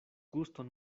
guston